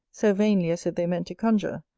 so vainly as if they meant to conjure,